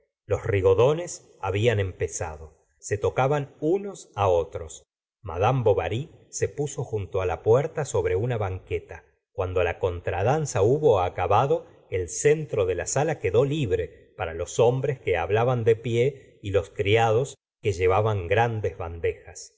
los rigodones hablan empezado se tocaban unos otros madame bovary se puso junto la puerta sobre una banqueta cuando la contradanza hubo acabado el centro de la sala quedó libre para los hombres que hablaban de pie y los criados que llevaban grandes bandejas